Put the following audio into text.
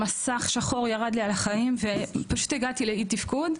מסך שחור ירד לי על החיים ופשוט הגעתי לאי תפקוד.